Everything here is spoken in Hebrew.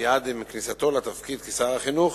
מייד עם כניסתו לתפקיד שר החינוך,